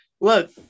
look